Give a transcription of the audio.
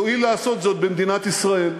יואיל לעשות זאת במדינת ישראל.